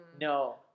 no